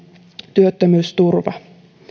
työttömyysturva